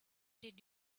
did